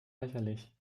lächerlich